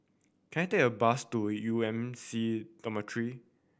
can I take a bus to U M C Dormitory